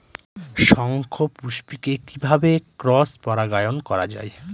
শঙ্খপুষ্পী কে কিভাবে ক্রস পরাগায়ন করা যায়?